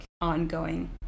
ongoing